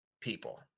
people